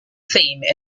theme